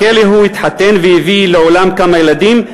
בכלא הוא התחתן והביא לעולם כמה ילדים.